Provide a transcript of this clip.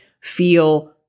feel